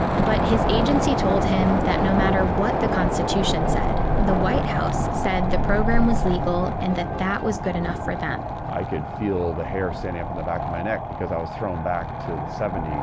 but his agency told him that no matter what the constitution said, the white house said the program was legal, and that that was good enough for them. i could feel the hair standing up on the back of my neck, because i was thrown back to the seventy s,